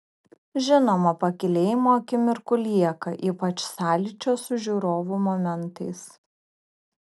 žinoma pakylėjimo akimirkų lieka ypač sąlyčio su žiūrovu momentais